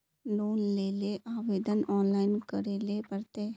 Loan लेले आवेदन online करे ले पड़ते?